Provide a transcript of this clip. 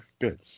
Good